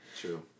True